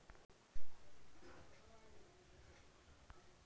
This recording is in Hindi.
मक्का कब लगाएँ?